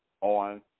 on